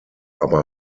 aber